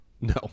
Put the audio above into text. No